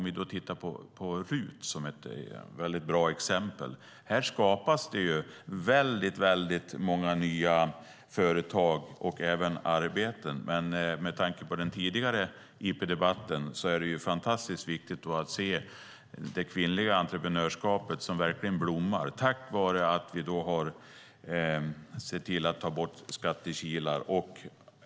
Vi kan titta på RUT, som är ett bra exempel. Här skapas det många nya företag och även arbeten. Men med tanke på den tidigare interpellationsdebatten är det fantastiskt viktigt att se det kvinnliga entreprenörskapet, som verkligen blommar tack vare att vi har sett till att ta bort skattekilar.